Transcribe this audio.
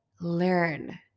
learn